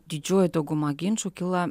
didžioji dauguma ginčų kyla